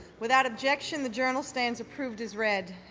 without objection the journal stands approved as read.